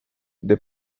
the